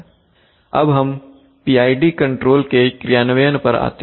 अब हम PID controller के क्रियान्वयन पर आते हैं